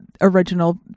original